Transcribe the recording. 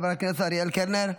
חבר הכנסת אריאל קלנר,